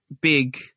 big